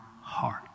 heart